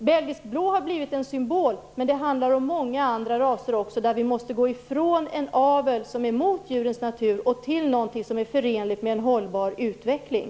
Belgisk blå har blivit en symbol, men det handlar också om många andra raser där vi måste gå från en avel som är emot djurens natur till något som är förenligt med en hållbar utveckling.